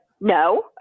no